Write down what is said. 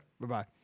Bye-bye